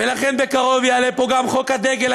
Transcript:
ולכן בקרוב יעלה פה גם חוק הדגל,